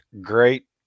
Great